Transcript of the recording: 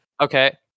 Okay